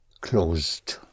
closed